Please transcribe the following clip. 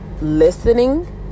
listening